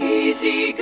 easy